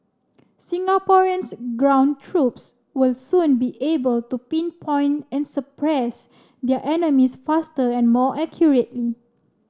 Singapore's ground troops will soon be able to pinpoint and suppress their enemies faster and more accurately